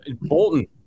Bolton